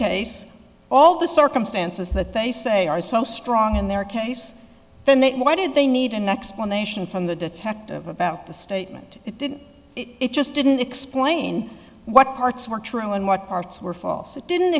case all the circumstances that they say are so strong in their case then they why did they need an explanation from the detective about the statement it didn't it just didn't explain what parts were true and what parts were false it didn't